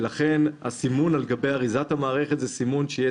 לכן הסימון על גבי אריזת המערכת הוא סימון שיהיה